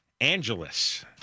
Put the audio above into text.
Angeles